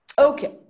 Okay